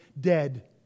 dead